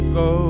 go